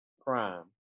Prime